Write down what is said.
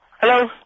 Hello